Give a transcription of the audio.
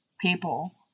people